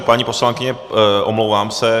Paní poslankyně, omlouvám se.